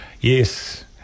Yes